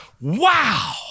wow